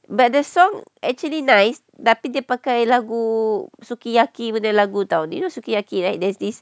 but the song actually nice tapi dia pakai lagu sukiyaki punya lagu [tau] do you know sukiyaki right there's this